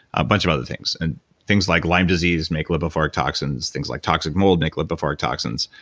a bunch of other things. and things like lyme disease make lipophoric toxins. things like toxic mold make lipophoric toxins.